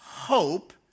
Hope